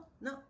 no